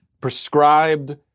prescribed